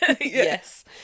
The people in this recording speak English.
Yes